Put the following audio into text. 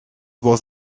was